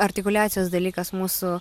artikuliacijos dalykas mūsų